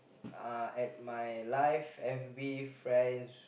uh at my life F_B friends